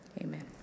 amen